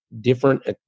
different